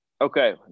Okay